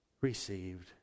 received